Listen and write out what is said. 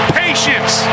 patience